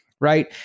right